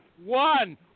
one